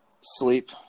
Sleep